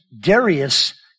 Darius